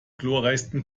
glorreichsten